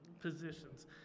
positions